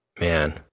man